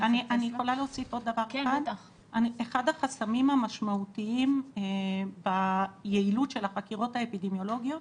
אחד החסמים המשמעותיים ביעילות של החקירות האפידמיולוגיות